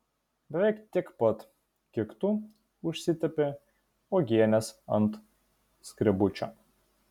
beveik tiek pat kiek tu užsitepi uogienės ant skrebučio